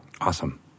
Awesome